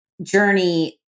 journey